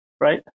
right